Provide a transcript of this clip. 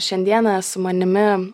šiandieną su manimi